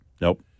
Nope